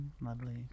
lovely